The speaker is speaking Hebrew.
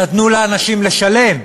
נתנו לאנשים לשלם,